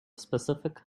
specific